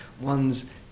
one's